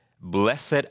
blessed